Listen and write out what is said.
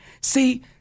see